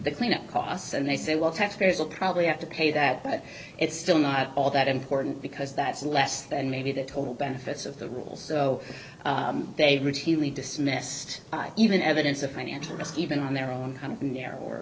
the cleanup costs and they say well taxpayers will probably have to pay that but it's still not all that important because that less than maybe the total benefits of the rules so they routinely dismissed even evidence of financial risk even on their own kind of narrow